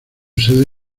sede